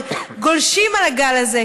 גולשים על הגל הזה,